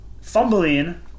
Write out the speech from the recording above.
fumbling